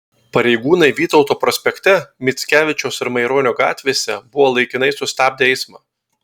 pareigūnai vytauto prospekte mickevičiaus ir maironio gatvėse buvo laikinai sustabdę eismą